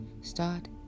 Start